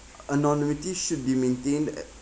anonymity should be maintained at